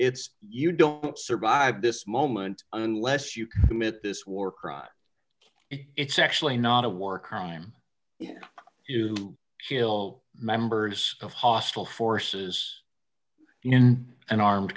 it's you don't survive this moment unless you commit this war crime it's actually not a war crime if you kill members of hostile forces in an armed